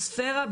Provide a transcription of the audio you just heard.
באטמוספירה,